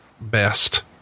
best